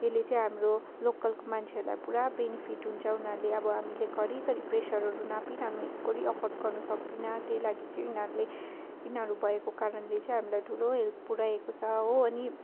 यसले चाहिँ हाम्रो लोकल मान्छेहरूलाई पुरा बेनिफिट हुन्छ उनीहरूले अब हामीले घरिघरि प्रेसरहरू नापिरहनु एकोहोरो अफर्ड गर्नु सक्दैन त्यही लागि चाहिँ यिनीहरूले यिनीहरू भएको कारणले चाहिँ हामीलाई ठुलो हेल्प पुऱ्याएको छ हो अनि